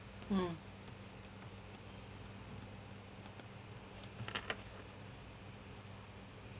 mm